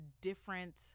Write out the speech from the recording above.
different